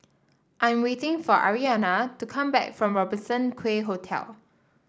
I'm waiting for Arianna to come back from Robertson Quay Hotel